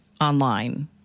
online